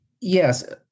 Yes